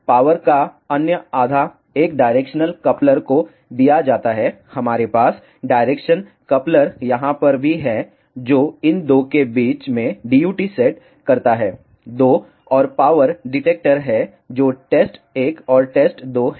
power का अन्य आधा एक डायरेक्शनल कपलर को दिया जाता है हमारे पास डायरेक्शन कपलर यहां पर भी है और इन 2 के बीच में DUT सेट करता है 2 और पावर डिटेक्टर हैं जो टेस्ट 1 और टेस्ट 2 हैं